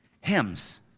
Hymns